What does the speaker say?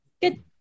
Good